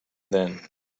then